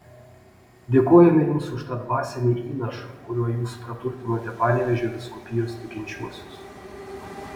dėkojame jums už tą dvasinį įnašą kuriuo jūs praturtinote panevėžio vyskupijos tikinčiuosius